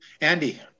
Andy